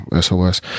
SOS